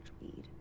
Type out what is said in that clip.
weed